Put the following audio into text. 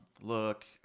look